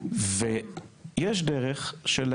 השמיכה קצרה ואין מה לעשות.